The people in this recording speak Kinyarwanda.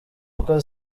kuko